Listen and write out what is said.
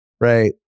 right